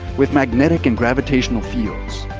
with magnetic and gravitational fields.